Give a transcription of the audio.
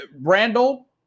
Randall